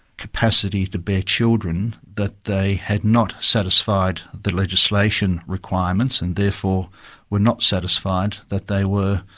capacity to bear children, that they had not satisfied the legislation requirements, and therefore were not satisfied that they were,